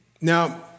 Now